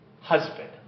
Husband